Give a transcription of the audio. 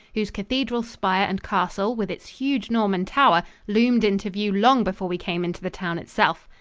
whose cathedral spire and castle with its huge norman tower loomed into view long before we came into the town itself.